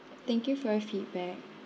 thank you for your feedback